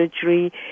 surgery